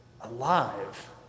alive